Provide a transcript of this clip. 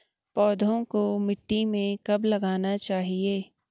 पौधों को मिट्टी में कब लगाना चाहिए?